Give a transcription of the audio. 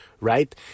right